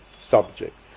subject